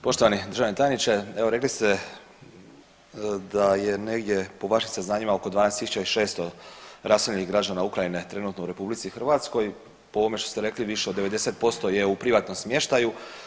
Poštovani državni tajniče, evo rekli ste da je negdje po vašim saznanjima oko 12 tisuća i 600 raseljenih građana Ukrajine trenutno u RH, po ovome što ste rekli više od 90% je u privatnom smještaju.